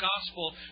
gospel